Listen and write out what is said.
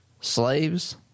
slaves